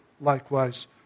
likewise